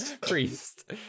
priest